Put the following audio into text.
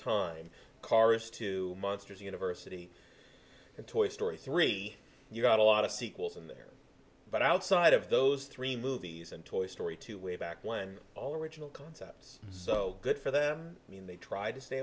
time cars two monsters university and toy story three you got a lot of sequels in there but outside of those three movies and toy story two way back when all original concepts so good for them mean they tried to stay